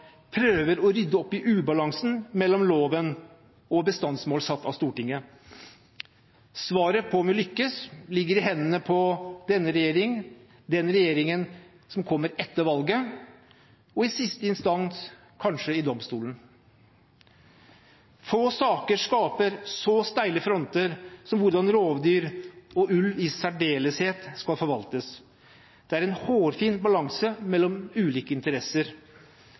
prøver å rydde opp i ubalansen mellom loven og bestandsmål satt av Stortinget. Svaret på om vi lykkes, ligger i hendene på denne regjeringen, den regjeringen som kommer etter valget, og i siste instans kanskje i domstolen. Få saker skaper så steile fronter som hvordan rovdyr, og ulv i særdeleshet, skal forvaltes. Det er en hårfin balanse mellom ulike interesser.